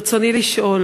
ברצוני לשאול: